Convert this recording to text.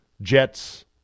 Jets